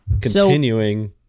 continuing